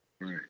Right